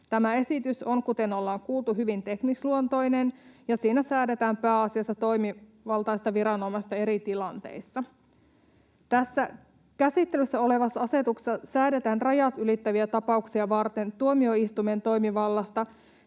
Tämä esitys on, kuten ollaan kuultu, hyvin teknisluontoinen, ja siinä säädetään pääasiassa toimivaltaisesta viranomaisesta eri tilanteissa. Tässä kyseessä olevassa asetuksessa säädetään rajat ylittäviä tapauksia varten tuomioistuimen toimivallasta